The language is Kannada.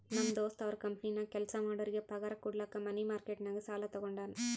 ನಮ್ ದೋಸ್ತ ಅವ್ರ ಕಂಪನಿನಾಗ್ ಕೆಲ್ಸಾ ಮಾಡೋರಿಗ್ ಪಗಾರ್ ಕುಡ್ಲಕ್ ಮನಿ ಮಾರ್ಕೆಟ್ ನಾಗ್ ಸಾಲಾ ತಗೊಂಡಾನ್